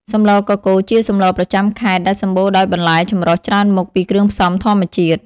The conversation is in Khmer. សម្លកកូរ ជាសម្លរប្រចាំខេត្តដែលសម្បូរដោយបន្លែចម្រុះច្រើនមុខ ពីគ្រឿងផ្សំធម្មជាតិ ។